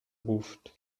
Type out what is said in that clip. ruft